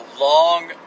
long